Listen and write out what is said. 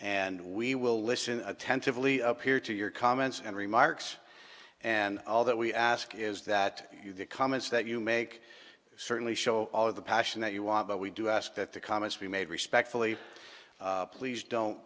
and we will listen attentively up here to your comments and remarks and all that we ask is that you get comments that you make certainly show all of the passion that you want but we do ask that the comments be made respectfully please don't